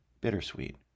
Bittersweet